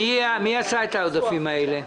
מי עשה את העודפים האלה?